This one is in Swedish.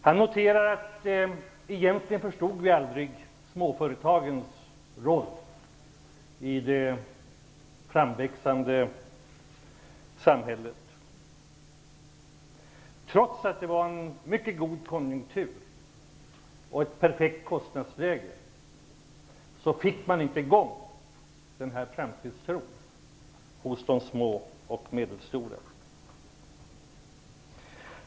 Han noterar att man egentligen aldrig förstod småföretagens roll i det framväxande samhället. Trots att det var en mycket god konjunktur och ett perfekt kostnadsläge fick man inte i gång framtidstron hos de små och medelstora företagen.